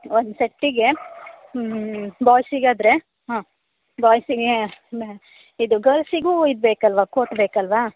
ಒಂದು ಸೆಟ್ಟಿಗೆ ಬಾಯ್ಸಿಗೆ ಆದರೆ ಹಾಂ ಬಾಯ್ಸಿಗೆ ಮೆ ಇದು ಗರ್ಲ್ಸಿಗು ಇದು ಬೇಕಲ್ವಾ ಕೋಟ್ ಬೇಕಲ್ವಾ